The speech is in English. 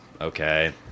Okay